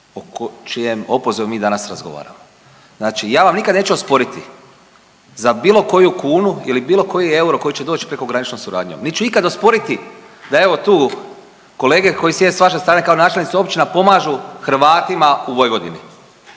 o čijem opozivu mi danas razgovaramo. Znači ja vam nikad neću osporiti za bilo koju kunu ili bilo koji euro koji će doći prekograničnom suradnjom, niti ću ikada sporiti da evo tu kolege koji sjede s vaše strane kao načelnici općina pomažu Hrvatima u Vojvodini,